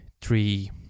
three